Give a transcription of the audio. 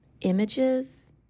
images